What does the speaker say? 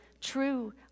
true